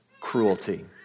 cruelty